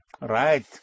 Right